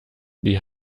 die